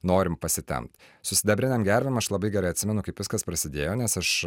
norim pasitempt su sidabrinėm gervėm aš labai gerai atsimenu kaip viskas prasidėjo nes aš